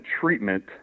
treatment